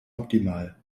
optimal